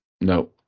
No